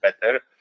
better